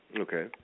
Okay